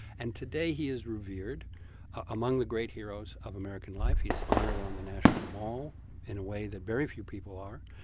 and today, he is revered among the great heroes of american life. he is honored on the national mall in a way that very few people are.